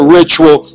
ritual